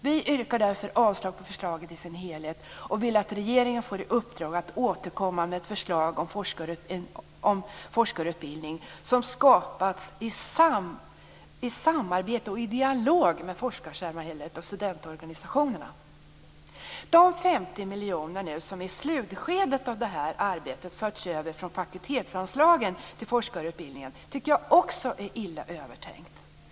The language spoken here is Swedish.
Vi yrkar därför avslag på förslaget i sin helhet och vill att regeringen får i uppdrag att återkomma med ett förslag om forskarutbildning som skapats i samarbete och i dialog med forskarsamhället och studentorganisationerna. Överföringen av 50 miljoner från fakultetsanslagen till forskarutbildningen i slutskedet av det här arbetet tycker jag också är illa övertänkt.